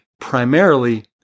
primarily